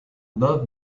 love